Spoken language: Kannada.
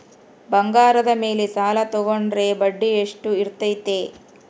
ಬಂಗಾರದ ಮೇಲೆ ಸಾಲ ತೋಗೊಂಡ್ರೆ ಬಡ್ಡಿ ಎಷ್ಟು ಇರ್ತೈತೆ?